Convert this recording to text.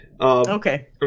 Okay